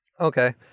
okay